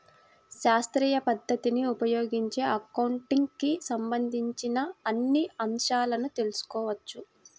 శాస్త్రీయ పద్ధతిని ఉపయోగించి అకౌంటింగ్ కి సంబంధించిన అన్ని అంశాలను తెల్సుకోవచ్చు